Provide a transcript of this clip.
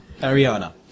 Ariana